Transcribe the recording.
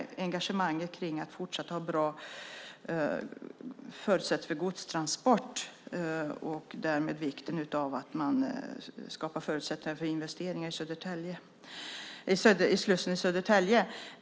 Det handlar om engagemanget för att fortsatt ha bra förutsättningar för godstransporter och därmed vikten av att man skapar förutsättningar för investeringar i slussen i Södertälje.